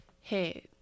hey